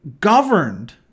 governed